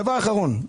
דבר אחרון.